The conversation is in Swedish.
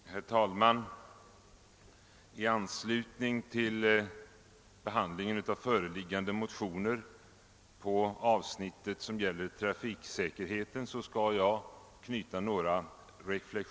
Herr talman! Jag vill knyta några reflexioner till behandlingen av föreliggande motioner på det avsnitt som gäller trafiksäkerheten.